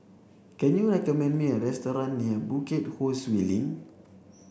can you recommend me a restaurant near Bukit Ho Swee Link